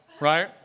right